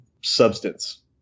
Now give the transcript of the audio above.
substance